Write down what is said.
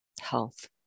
health